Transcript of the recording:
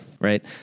Right